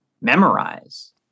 memorize